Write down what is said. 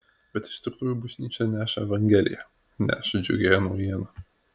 bet iš tikrųjų bažnyčia neša evangeliją neša džiugiąją naujieną